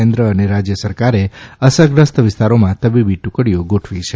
કેન્દ્ર અને રાજય સરકારે અસરગ્રસ્ત વિસ્તારોમાં તબીબી ટુકડીઓ ગોઠવી છે